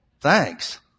thanks